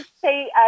say